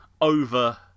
over